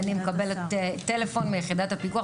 אני מקבלת טלפון מיחידת הפיקוח,